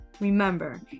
Remember